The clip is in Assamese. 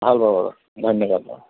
ভাল বাৰু ধন্যবাদ অঁ